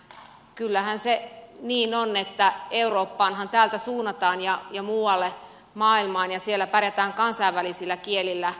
ja kyllähän se niin on että eurooppaanhan täältä suunnataan ja muualle maailmaan ja siellä pärjätään kansainvälisillä kielillä